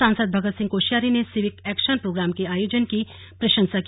सांसद नैनीताल भगत सिंह कोश्यारी ने civic action programme के आयोजन की प्रशंसा की